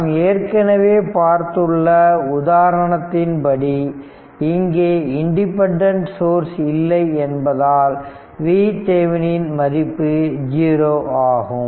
நாம் ஏற்கனவே பார்த்துள்ள உதாரணத்தின் படி இங்கே இண்டிபெண்டன்ட் சோர்ஸ் இல்லை என்பதால் VThevenin மதிப்பு ஜீரோ ஆகும்